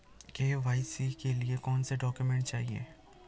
KYC के लिए कौनसे डॉक्यूमेंट चाहिये?